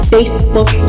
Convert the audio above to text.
Facebook